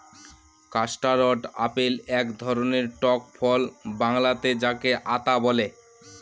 custard apple এক ধরনের টক ফল বাংলাতে যাকে আঁতা বলে